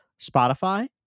Spotify